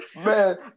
Man